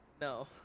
No